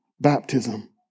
baptism